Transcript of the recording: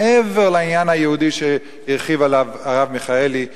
מעבר לעניין היהודי שהרחיב עליו הרב מיכאלי בעניין,